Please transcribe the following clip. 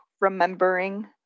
remembering